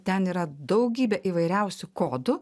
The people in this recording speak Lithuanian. ten yra daugybė įvairiausių kodų